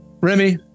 Remy